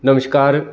नमस्कार